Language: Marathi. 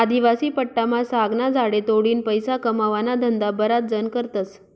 आदिवासी पट्टामा सागना झाडे तोडीन पैसा कमावाना धंदा बराच जण करतस